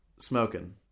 Smoking